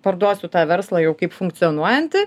parduosiu tą verslą jau kaip funkcionuojantį